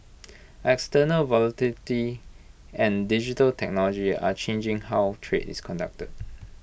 external volatility and digital technology are changing how trade is conducted